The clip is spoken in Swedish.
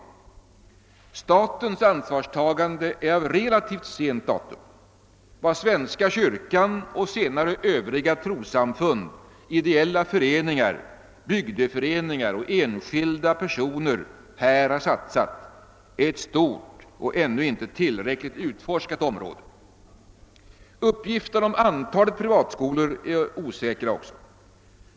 Statens ansvarstagande är av relativt sent datum. Vad svenska kyrkan och senare övriga trossamfund, ideella föreningar, bygdeföreningar och enskilda personer satsat i detta sammanhang är ett stort och ännu inte utforskat område. Också uppgifterna om antalet privatskolor är osäkra.